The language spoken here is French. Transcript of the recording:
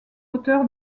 auteur